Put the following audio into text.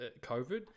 COVID